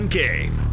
game